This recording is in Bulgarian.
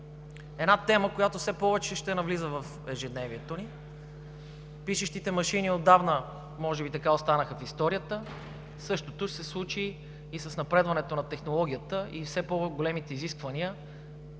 е тема, която все повече ще навлиза в ежедневието ни. Пишещите машини отдавна може би останаха в историята – същото ще се случи и с напредването на технологията, и все по-големите изисквания,